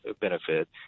benefit